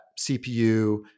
CPU